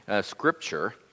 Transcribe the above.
scripture